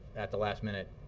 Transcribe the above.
at the last minute